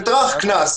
וקנס,